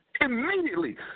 Immediately